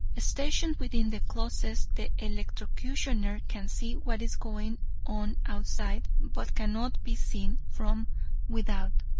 stationed within the closet, the electrocutioner can see what is going on outside, but cannot be seen from without.